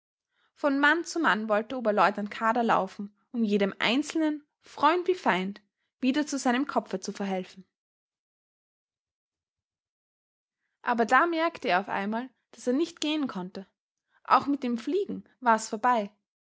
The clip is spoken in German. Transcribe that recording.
von mann zu mann wollte oberleutnant kadar laufen um jedem einzelnen freund wie feind wieder zu seinem kopfe zu verhelfen aber da merkte er auf einmal daß er nicht gehen konnte auch mit dem fliegen war's vorbei